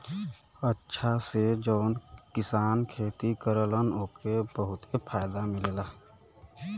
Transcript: अचछा से जौन किसान खेती करलन ओके बहुते फायदा मिलला